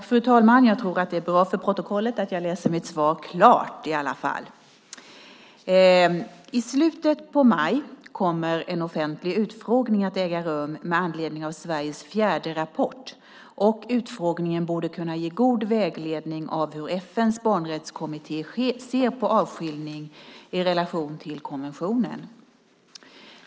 Fru talman! Jag tror att det är bra för protokollet att jag läser upp resten av mitt svar: I slutet av maj kommer en offentlig utfrågning att äga rum med anledning av Sveriges fjärde rapport, och utfrågningen borde kunna ge god vägledning om hur FN:s barnrättskommitté ser på avskiljning i relation till konventionen.